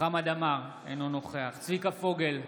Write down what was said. חמד עמאר, אינו נוכח צביקה פוגל,